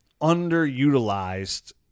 underutilized